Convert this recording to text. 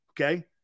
Okay